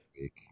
week